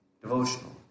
Devotional